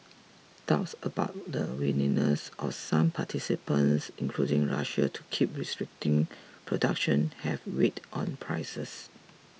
doubts about the willingness of some participants including Russia to keep restricting production have weighed on prices